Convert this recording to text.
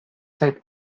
zait